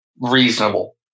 reasonable